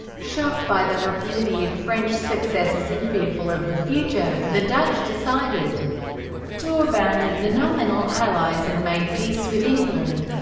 shocked by the rapidity of french successes and fearful of the future, the dutch decided to abandon their nominal allies and made peace with england.